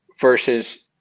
versus